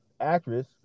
actress